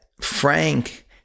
Frank